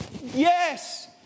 yes